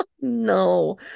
No